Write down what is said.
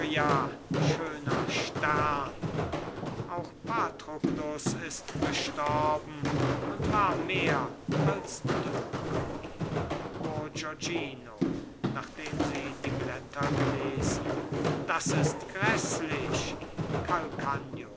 schöner stern auch patroklus ist gestorben und war mehr als du bourgognino nachdem sie die blätter gelesen das ist gräßlich